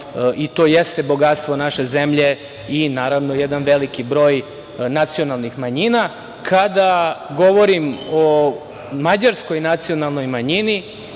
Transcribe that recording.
i to jeste bogatstvo naše zemlje, i naravno jedan veliki broj nacionalnih manjina. Kada govorim o mađarskoj nacionalnoj manjini,